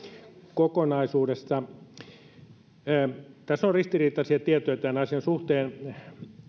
kokonaisuudesta tässä on ristiriitaisia tietoja tämän asian suhteen